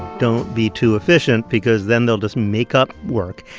don't be too efficient because then they'll just make up work.